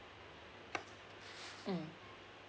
mm